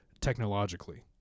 technologically